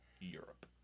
Europe